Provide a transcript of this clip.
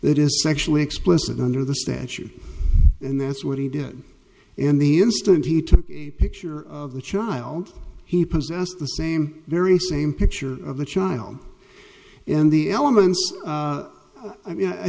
that is sexually explicit under the statute and that's what he did and the instant he took a picture of the child he possessed the same very same picture of the child and the elements i mean i